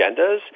agendas